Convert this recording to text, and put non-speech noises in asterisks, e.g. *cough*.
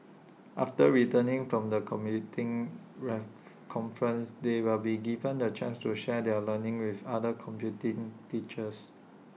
*noise* after returning from the *unintelligible* ref conference they will be given the chance to share their learning with other computing teachers